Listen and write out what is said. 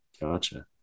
Gotcha